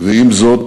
ועם זאת